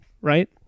right